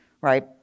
right